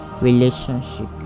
relationship